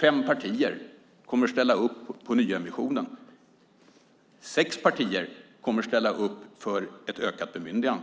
Fem partier kommer att ställa upp på nyemissionen. Sex partier kommer att ställa upp för ett ökat bemyndigande.